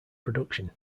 production